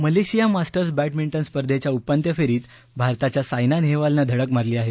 Malaysia Masters badminton स्पर्धेच्या उपांत्य फेरीत भारताच्या सायना नेहवालनं धडक मारली आहे